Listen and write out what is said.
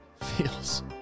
Feels